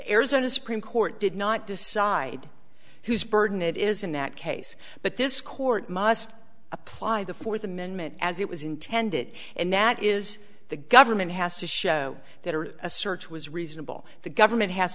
arizona supreme court did not decide whose burden it is in that case but this court must apply the fourth amendment as it was intended and that is the government has to show that or a search was reasonable the government has